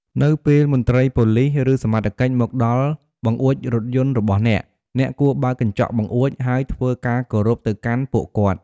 នៅពេលមន្ត្រីប៉ូលិស ឬសមត្ថកិច្ចមកដល់បង្អួចរថយន្តរបស់អ្នក អ្នកគួរបើកកញ្ចក់បង្អួច ហើយធ្វើការគោរពទៅកាន់ពួកគាត់។